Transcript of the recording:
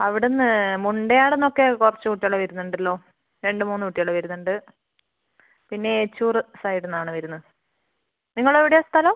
അവിടുന്ന് മുണ്ടയാടുന്ന് ഒക്കെ കുറച്ച് കുട്ടികൾ വരുന്നുണ്ടല്ലോ രണ്ട് മൂന്ന് കുട്ടികൾ വരുന്നുണ്ട് പിന്നെ ഏച്ചൂർ സൈഡുന്ന് ആണ് വരുന്നത് നിങ്ങൾ എവിടെയാണ് സ്ഥലം